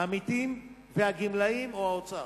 העמיתים והגמלאים או האוצר.